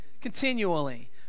continually